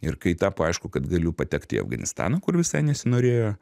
ir kai tapo aišku kad galiu patekt į afganistaną kur visai nesinorėjo